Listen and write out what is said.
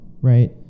right